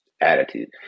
attitude